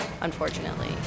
unfortunately